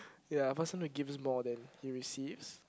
ya person who gives more than he receives